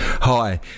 Hi